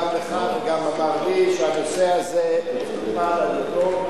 ראש הממשלה אמר גם לך וגם לי שהנושא הזה מטופל על-ידו,